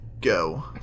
go